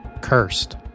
cursed